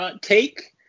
take –